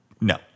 No